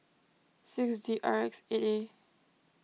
six D R X eight A